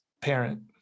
parent